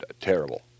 Terrible